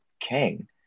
king